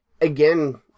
Again